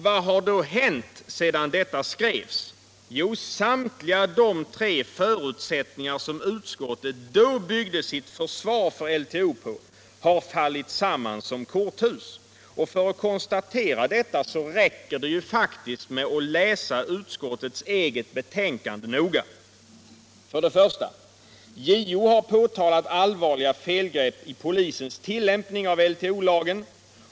Vad har då hänt sedan detta skrevs? Jo, samtliga de tre förutsättningar som utskottet då byggde sitt försvar för LTO på har fallit samman som korthus, och för att konstatera detta räcker det faktiskt med att läsa utskottets eget betänkande noga: I. JO har påtalat allvarliga felgrepp i polisens tillämpning av LTO.